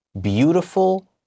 beautiful